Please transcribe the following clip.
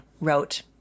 wrote